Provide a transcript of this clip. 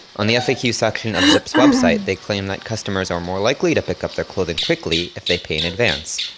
on the faq section of zips' website, they claim that customers are more likely to pick up their clothing quickly if they pay in advance.